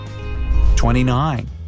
29